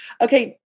Okay